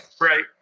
right